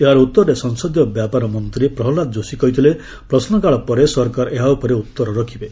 ଏହାର ଉତ୍ତରରେ ସଂସଦୀୟ ବ୍ୟାପାର ମନ୍ତ୍ରୀ ପ୍ରହଲ୍ଲାଦ ଯୋଶୀ କହିଥିଲେ ପ୍ରଶ୍ନକାଳ ପରେ ସରକାର ଏହା ଉପରେ ଉତ୍ତର ରଖିବେ